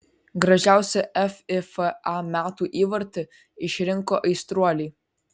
gražiausią fifa metų įvartį išrinko aistruoliai